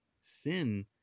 sin